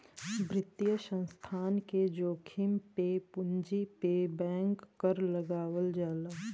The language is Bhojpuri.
वित्तीय संस्थान के जोखिम पे पूंजी पे बैंक कर लगावल जाला